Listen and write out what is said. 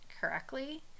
correctly